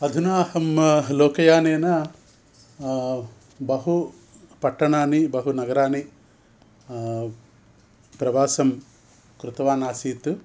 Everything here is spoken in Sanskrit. अधुनाहम् लोकयानेन बहुपट्टणानि बहुनगराणि प्रवासं कृतवानासीत्